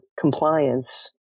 compliance